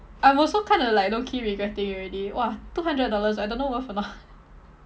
I'm also kinda like lowkey regretting already !wah! two hundred dollars I don't know worth or not